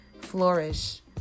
flourish